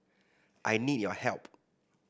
I need your help